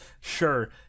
Sure